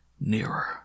nearer